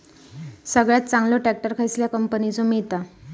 सगळ्यात चांगलो ट्रॅक्टर कसल्या कंपनीचो मिळता?